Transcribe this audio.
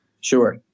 Sure